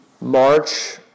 March